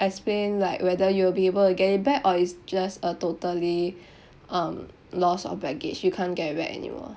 explain like whether you will be able to get it back or it's just uh totally um loss of baggage you can't get it back anymore